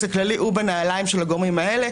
הכללי הוא בנעליים של הגורמים האלה,